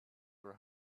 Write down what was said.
were